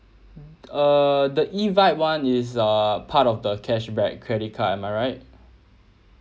err the eVibe [one] is uh part of the cashback credit card am I right